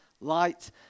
light